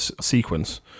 sequence